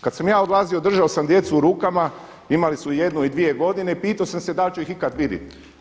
Kad sam ja odlazio držao sam djecu u rukama, imali su jednu i dvije godine i pitao sam se da li ću ih ikada vidit.